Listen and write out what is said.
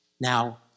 Now